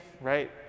right